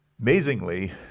Amazingly